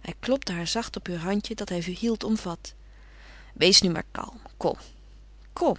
hij klopte haar zacht op heur handje dat hij hield omvat wees nu maar kalm kom kom